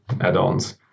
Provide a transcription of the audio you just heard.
add-ons